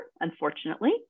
unfortunately